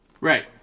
Right